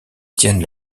tiennent